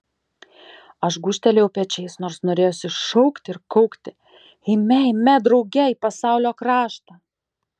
aš gūžtelėjau pečiais nors norėjosi šaukti ir kaukti eime eime drauge į pasaulio kraštą